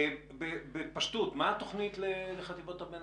בפשטות, מה התוכנית לחטיבות הביניים?